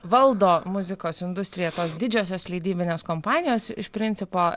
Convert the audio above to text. valdo muzikos industriją tos didžiosios leidybinės kompanijos iš principo